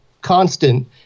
constant